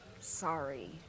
sorry